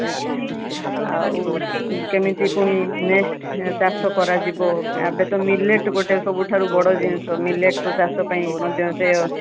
ଆଜ୍ଞା ଆଉ କେମିତି ପୁଣି ନେକ୍ସଟ୍ ଚାଷ କରାଯିବ ଏବେତ ମିଲେଟ୍ ଗୋଟେ ସବୁଠାରୁ ବଡ଼ ଜିନିଷ ମିଲେଟ୍ର ଚାଷପାଇଁ ମଧ୍ୟ ସେ